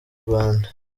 rwanda